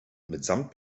mitsamt